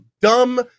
dumb